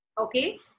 Okay